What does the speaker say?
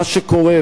מה שקורה,